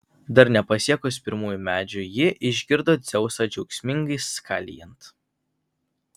dar nepasiekus pirmųjų medžių ji išgirdo dzeusą džiaugsmingai skalijant